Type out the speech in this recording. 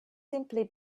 simply